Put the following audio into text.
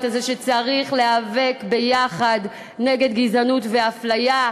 הזה שצריך להיאבק ביחד בגזענות ובאפליה,